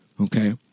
okay